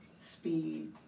speed